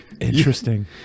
Interesting